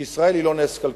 שישראל היא לא נס כלכלי,